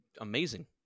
amazing